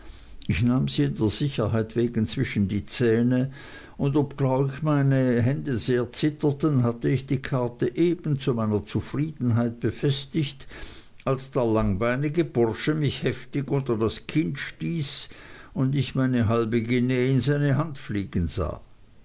ich nahm sie der sicherheit wegen zwischen die zähne und obgleich meine hände sehr zitterten hatte ich die karte eben zu meiner zufriedenheit befestigt als der langbeinige bursche mich heftig unter das kinn stieß und ich meine halbe guinee in seine hand fliegen sah